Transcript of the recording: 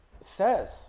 says